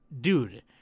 Dude